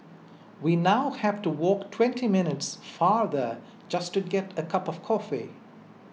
we now have to walk twenty minutes farther just to get a cup of coffee